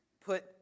put